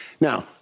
Now